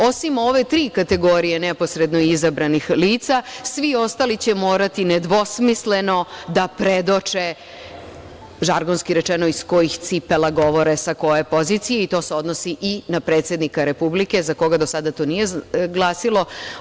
Osim ove tri kategorije neposredno izabranih lica, svi ostali će morati nedvosmisleno da predoče, žargonski rečeno, iz kojih cipela govore, sa koje pozicije i to se odnosi i na predsednika republike, za koga do sada to nije glasilo.